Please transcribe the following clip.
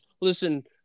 listen